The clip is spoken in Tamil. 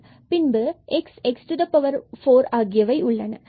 பின்பு இங்கு x x4 ஆகியவை உள்ளன